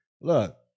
Look